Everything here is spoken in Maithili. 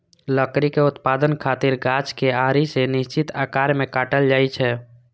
लकड़ी के उत्पादन खातिर गाछ कें आरी सं निश्चित आकार मे काटल जाइ छै